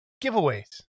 Giveaways